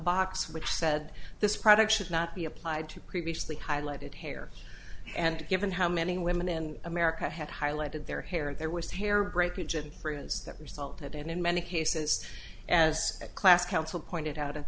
box which said this product should not be applied to previously highlighted hair and given how many women in america had highlighted their hair there was hair great region proves that resulted and in many cases as a class counsel pointed out